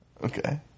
okay